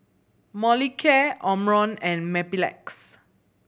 Molicare Omron and Mepilex